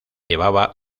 llevaba